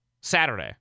Saturday